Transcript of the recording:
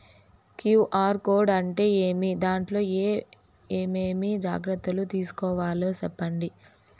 QR code అంటే ఏమి? దాంట్లో ఏ ఏమేమి జాగ్రత్తలు తీసుకోవాలో సెప్పండి?